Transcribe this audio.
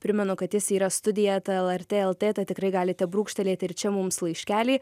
primenu kad jis yra studija eta lrt lt tad tikrai galite brūkštelėti ir čia mums laiškelį